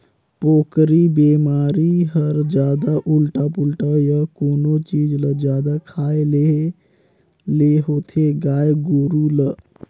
पोकरी बेमारी हर जादा उल्टा पुल्टा य कोनो चीज ल जादा खाए लेहे ले होथे गाय गोरु ल